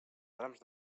rams